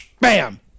bam